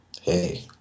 hey